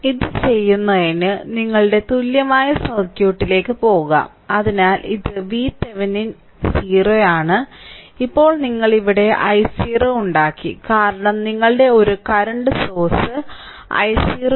ഇത് ചെയ്യുന്നതിന് നിങ്ങളുടെ തുല്യമായ സർക്യൂട്ടിലേക്ക് പോകാം അതിനാൽ ഇത് VThevenin 0 ആണ് ഇപ്പോൾ നിങ്ങൾ ഇവിടെ i0 ഉണ്ടാക്കി കാരണം നിങ്ങളുടെ ഒരു കറന്റ് സോഴ്സ് i0 1 ആമ്പിയർ ഉണ്ട്